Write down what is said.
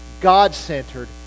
God-centered